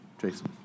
Jason